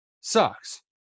sucks